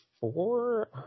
four